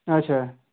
اچھا